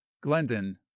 glendon